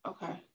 Okay